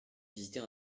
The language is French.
visiter